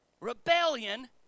Rebellion